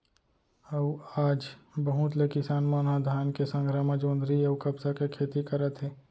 अउ आज बहुत ले किसान मन ह धान के संघरा म जोंधरी अउ कपसा के खेती करत हे